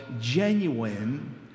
genuine